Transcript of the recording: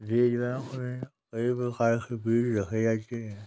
बीज बैंक में कई प्रकार के बीज रखे जाते हैं